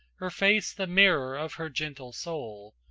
her face the mirror of her gentle soul,